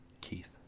Keith